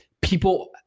people